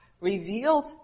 revealed